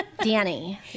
Danny